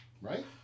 right